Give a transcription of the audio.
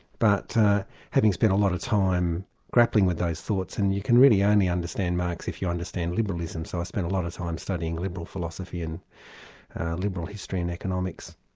but having spent a lot of time grappling with those thoughts, and you can really only understand marx if you understand liberalism, so i spent a lot of time studying liberal philosophy and liberal history and economics.